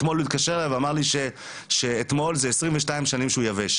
אתמול הוא התקשר אליי ואמר לי שאתמול זה 22 שנים שהוא יבש.